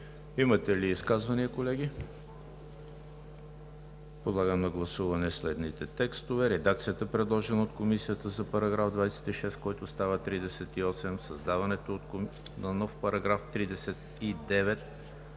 Имате ли изказвания, колеги? Подлагам на гласуване следните текстове: редакцията, предложена от Комисията за § 26, който става § 38; създаването на нов § 39